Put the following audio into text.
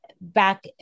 back